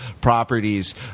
properties